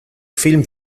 film